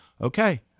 Okay